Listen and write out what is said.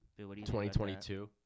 2022